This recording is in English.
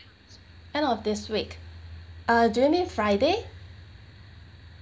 end of this week uh do you mean friday